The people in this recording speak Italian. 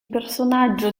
personaggio